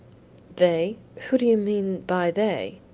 they? who do you mean by they?